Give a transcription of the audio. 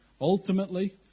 ultimately